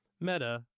Meta